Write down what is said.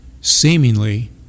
seemingly